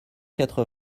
quatre